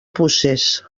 puces